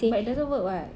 but it doesn't work [what]